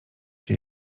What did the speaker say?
się